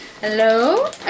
Hello